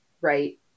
right